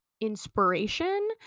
inspiration